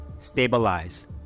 Stabilize